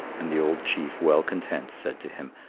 and the old chief, well content, said to him,